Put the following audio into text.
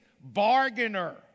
bargainer